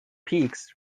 peaks